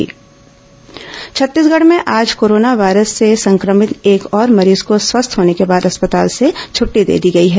corona मरीज जांच छत्तीसगढ़ में आज कोरोना वायरस से संक्रमित एक और मरीज को स्वस्थ होने के बाद अस्पताल से छटटी दे दी गई है